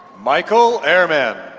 michael ehrmann.